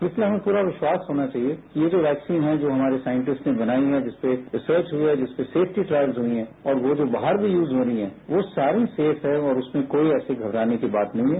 इसलिए हमें पूरा विश्वास होना चाहिए कि ये जो वैक्सीन हैं जो हमारे साइंटिस्ट्स ने बनाई हैं जिसपर रिसर्चे हुई हैं जिसपर सेफ्टी ट्रायल्स हुए हैं और वो जो बाहर भी यूज होनी हैं वो सारी सेफ हैं और उसमें कोई ऐसी घबराने वाली बात नहीं हैं